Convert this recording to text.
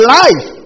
life